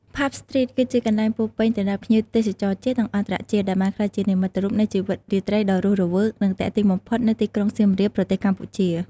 ផាប់ ស្ទ្រីត គឺជាកន្លែងពោរពេញទៅដោយភ្ញៀវទេសចរជាតិ និងអន្តរជាតិដែលបានក្លាយជានិមិត្តរូបនៃជីវិតរាត្រីដ៏រស់រវើក និងទាក់ទាញបំផុតនៅទីក្រុងសៀមរាប ប្រទេសកម្ពុជា។